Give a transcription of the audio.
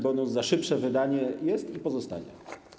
Bonus za szybsze wydanie jest i pozostanie.